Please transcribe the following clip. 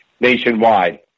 nationwide